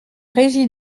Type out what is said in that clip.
res